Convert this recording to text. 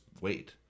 wait